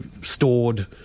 stored